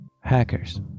Hackers